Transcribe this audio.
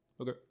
Okay